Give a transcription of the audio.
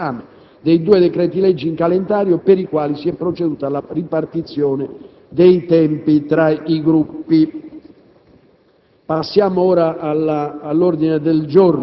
Nel corso della prossima settimana potrà inoltre proseguire l'esame dei due decreti-legge in calendario, per i quali si è proceduto alla ripartizione dei tempi tra i Gruppi.